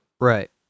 right